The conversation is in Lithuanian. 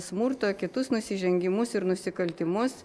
smurto kitus nusižengimus ir nusikaltimus